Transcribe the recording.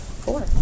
Four